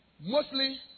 mostly